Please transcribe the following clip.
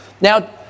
Now